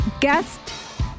guest